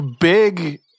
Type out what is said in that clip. big